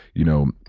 you know,